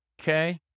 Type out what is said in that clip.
okay